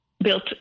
Built